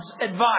advice